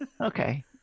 Okay